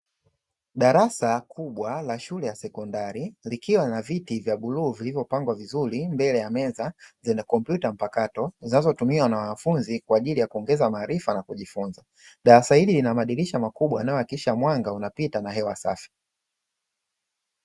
Darasa kubwa la shule ya sekondari likiwa na viti vya bluu vilivyopangwa vizuri mbele ya meza zenye kompyuta mpakato, zinazotumiwa na wanafunzi kwa ajili ya kuongeza maarifa na kujifunza. Darasa hili lina madirisha yanayohakikisha mwanga unapita na hewa safi.